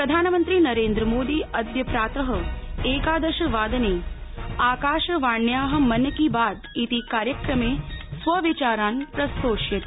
प्रधानमंत्री नरेन्द्रमोदी अद्य प्रातः एकादश वादने आकाशवाण्याः मन की बात इति कार्यक्रमे स्वविचारान् प्रस्तोष्यति